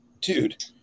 dude